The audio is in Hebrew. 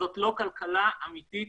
זאת לא כלכלה אמתית